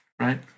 right